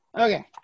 Okay